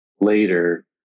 later